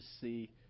see